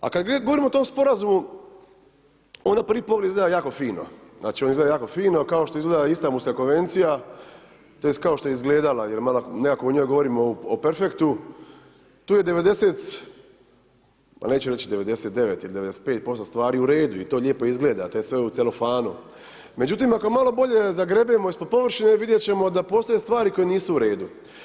A kad govorimo o tom Sporazumu, on na prvi pogled izgleda jako fino, znači on izgleda jako fino, kao što izgleda Istanbulska konvencija, to jest kao što je izgledala, jer ... ako o njoj govorimo o perfektu, tu je 90, pa neću reći 99 ili 95% stvari u redu, i to lijepo izgleda, i to je sve u celofanu, međutim ako malo bolje zagrebemo ispod površine, vidjet ćemo da postoje stvari koje nisu u redu.